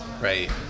Right